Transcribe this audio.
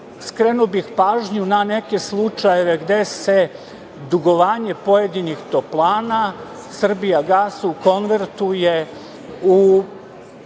bih pažnju na neke slučajeve gde se dugovanje pojedinih toplana „Srbijagasu“ konvertuje ili